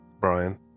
Brian